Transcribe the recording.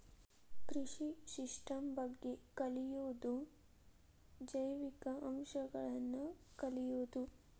ಕೃಷಿ ಸಿಸ್ಟಮ್ ಬಗ್ಗೆ ಕಲಿಯುದು ಜೈವಿಕ ಅಂಶಗಳನ್ನ ತಿಳಿಯುದು